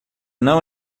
não